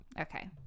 Okay